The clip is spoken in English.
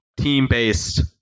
team-based